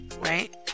right